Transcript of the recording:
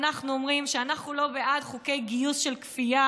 אנחנו אומרים שאנחנו לא בעד חוקי גיוס של כפייה.